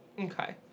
Okay